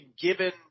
given